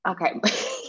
Okay